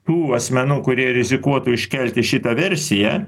tų asmenų kurie rizikuotų iškelti šitą versiją